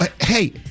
Hey